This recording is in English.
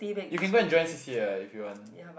you can go and join C_C_A ah if you want